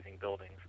buildings